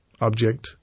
Object